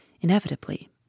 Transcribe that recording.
inevitably